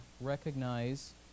recognize